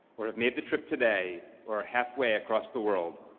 or have made the trip today or halfway across the world,